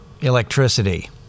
electricity